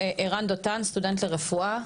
ערן דותן, סטודנט לרפואה.